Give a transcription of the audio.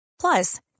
Plus